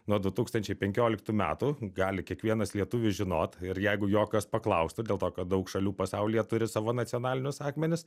nuo du tūkstančiai penkioliktų metų gali kiekvienas lietuvis žinot ir jeigu jo kas paklaustų dėl to kad daug šalių pasaulyje turi savo nacionalinius akmenis